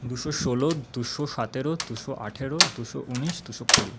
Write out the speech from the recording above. দুশো ষোলো দুশো সতেরো দুশো আঠারো দুশো উনিশ দুশো কুড়ি